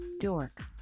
dork